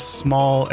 small